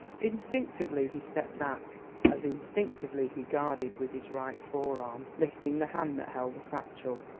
instinctively he stepped back as instinctively he guarded with his right forearm, lifting the hand that held the satchel.